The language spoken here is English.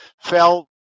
fell